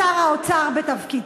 חברי הכנסת, בואו ננהל דיון מנומס.